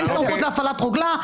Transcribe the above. אין סמכות להפעלת רוגלה.